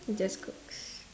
just cooks